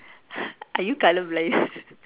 are you colour blind